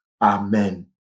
Amen